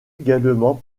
également